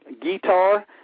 guitar